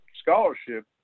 scholarship